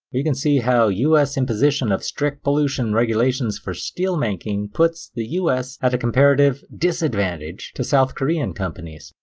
we can see how us imposition of strict pollution regulations for steel making puts the us at a comparative disadvantage to south korean companies,